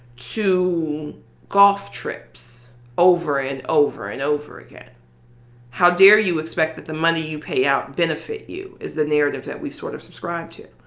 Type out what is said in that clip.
to golf trips over and over and over again how dare you expect that the money you pay out benefit you? is the narrative that we sort of subscribe to.